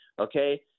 okay